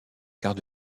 quarts